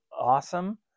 awesome